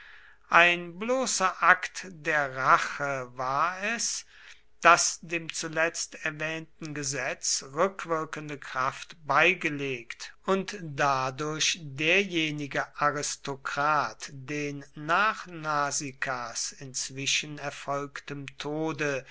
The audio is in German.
ein bloßer akt der rache war es daß dem zuletzt erwähnten gesetz rückwirkende kraft beigelegt und dadurch derjenige aristokrat den nach nasicas inzwischen erfolgtem tode